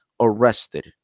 arrested